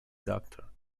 doctor